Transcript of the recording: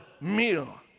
meal